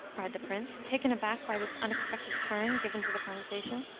cried the prince, taken aback by this unexpected turn given to the conversation.